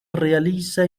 realiza